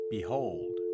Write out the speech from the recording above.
Behold